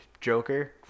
Joker